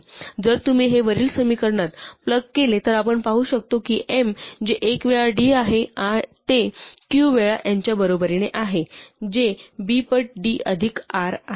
जर तुम्ही हे वरील समीकरणात प्लग केले तर आपण पाहतो की m जे एक वेळा d आहे ते q वेळा n च्या बरोबरीने आहे जे b पट d अधिक r आहे